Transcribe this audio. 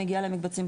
מגיעה למקבצים,